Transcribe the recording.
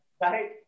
right